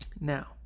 Now